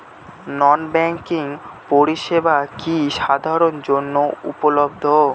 নন banking পরিষেবা কি সবার জন্য উপলব্ধ?